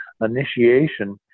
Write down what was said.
initiation